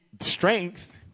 strength